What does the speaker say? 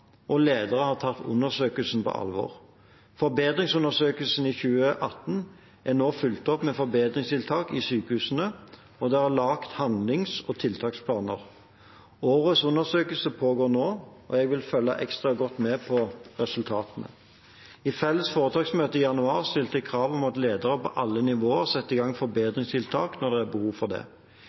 og lederne har tatt undersøkelsen på alvor. ForBedring-undersøkelsen fra 2018 er nå fulgt opp med forbedringstiltak i sykehusene, og det er laget handlings- og tiltaksplaner. Årets undersøkelse pågår nå, og jeg vil følge ekstra godt med på resultatene. I felles foretaksmøte i januar stilte jeg krav om at ledere på alle nivåer skulle sette i gang forbedringstiltak når det er behov for det.